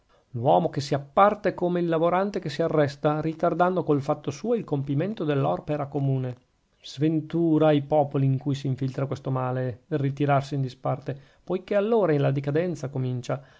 codice l'uomo che si apparta è come il lavorante che si arresta ritardando col fatto suo il compimento dell'opera comune sventura ai popoli in cui s'infiltra questo male del ritirarsi in disparte poichè allora la decadenza incomincia